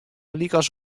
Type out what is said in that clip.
lykas